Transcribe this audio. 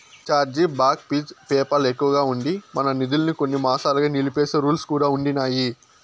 charge back fees PayPal ఎక్కువగా ఉండి, మన నిదుల్మి కొన్ని మాసాలుగా నిలిపేసే రూల్స్ కూడా ఉండిన్నాయి